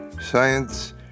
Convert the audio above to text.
science